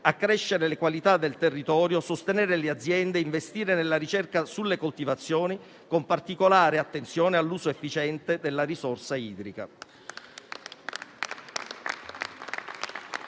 accrescere la qualità del territorio, sostenere le aziende, investire nella ricerca sulle coltivazioni, con particolare attenzione all'uso efficiente della risorsa idrica».